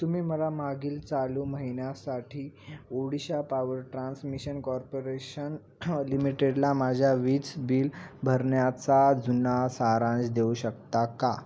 तुम्ही मला मागील चालू महिन्यासाठी ओडिशा पॉवर ट्रान्समिशन कॉर्पोरेशन लिमिटेडला माझ्या वीज बिल भरन्याचा जुना सारांश देऊ शकता का